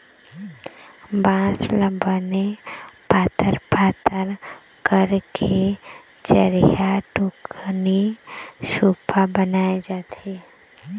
बांस ल बने पातर पातर करके चरिहा, टुकनी, सुपा बनाए जाथे